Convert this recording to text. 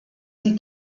die